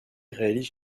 réalise